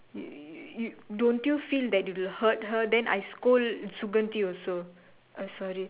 you you don't you feel that you will hurt her then I go scold Suganthi also uh sorry